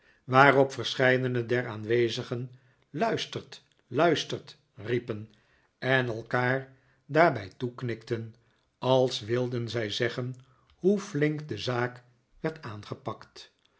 waarop verscheidene der aanwezigen luistert luistert riepen en elkaar daarbij toeknikten als wilden zij zeggen hoe flink de zaak werd aangepakt